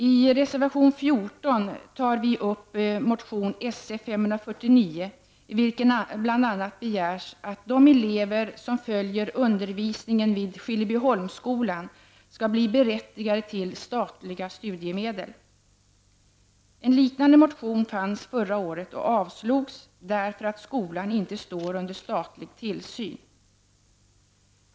I reservation 14 följer vi upp motion §f549, i vilken bl.a. begärs att de elever som följer undervisningen vid Skillebyholmsskolan skall bli berättigade till statliga studiemedel. En liknande motion väcktes förra året och avslogs därför att skolan inte står under statlig tillsyn.